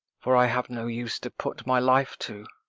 for i have no use to put my life to.